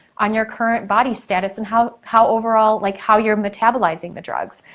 on your current body status and how how overall, like how you're metabolizing the drugs.